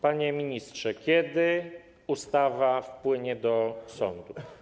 Panie ministrze, kiedy ustawa wpłynie do Sejmu?